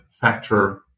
factor